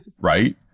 right